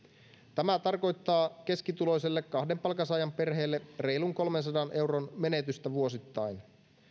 tämä tarkoittaa keskituloiselle kahden palkansaajan perheelle reilun kolmensadan euron menetystä vuosittain